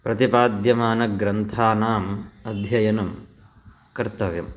प्रतिपाद्यमानग्रन्थानाम् अध्ययनं कर्तव्यं